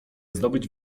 zdobyć